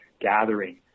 gathering